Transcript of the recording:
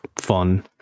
fun